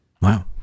Wow